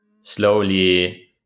slowly